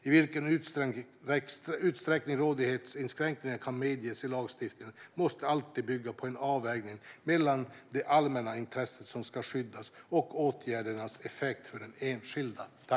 I vilken utsträckning rådighetsinskränkningar kan medges i lagstiftningen måste alltid bygga på en avvägning mellan det allmänna intresse som ska skyddas och åtgärdens effekter för den enskilde.